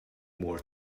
more